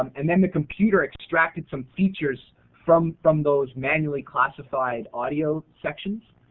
um and then the computer extracted some features from from those manually classified audio sections.